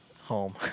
home